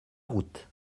route